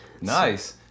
nice